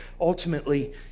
ultimately